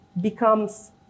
becomes